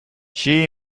she